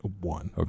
One